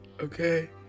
Okay